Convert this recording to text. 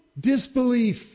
disbelief